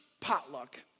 potluck